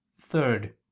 third